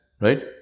right